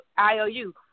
IOU